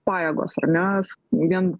pajėgos nes vien